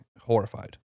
horrified